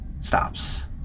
stops